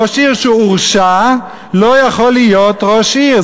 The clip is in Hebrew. ראש עיר שהורשע לא יכול להיות ראש עיר,